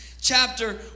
chapter